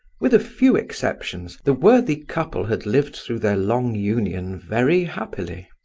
with a few exceptions, the worthy couple had lived through their long union very happily.